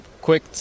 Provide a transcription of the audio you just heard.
quick